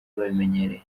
babimenyereye